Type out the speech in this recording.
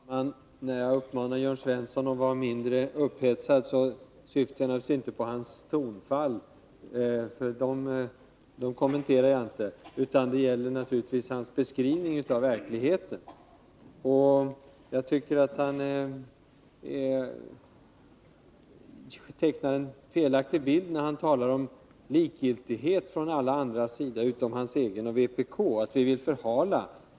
Herr talman! När jag uppmanar Jörn Svensson att vara mindre upphetsad syftar jag naturligtvis inte på hans tonfall — dem kommenterar jag inte — utan på hans beskrivning av verkligheten. Jag tycker att Jörn Svensson tecknar en felaktig bild, när han talar om likgiltighet från alla andras sida utom från hans egen och vpk:s, och när han påstår att vi andra vill förhala frågan.